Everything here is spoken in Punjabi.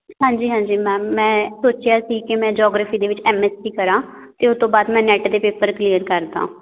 ਹਾਂਜੀ ਹਾਂਜੀ ਮੈਮ ਮੈਂ ਸੋਚਿਆ ਸੀ ਕਿ ਮੈਂ ਜੌਗ੍ਰਾਫੀ ਦੇ ਵਿੱਚ ਐੱਮਐੱਸਈ ਕਰਾਂ ਅਤੇ ਉਹ ਤੋਂ ਬਾਅਦ ਮੈਂ ਨੈਟ ਦੇ ਪੇਪਰ ਕਲੀਅਰ ਕਰ ਦਾਂ